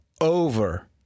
over